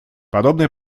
подобное